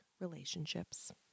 relationships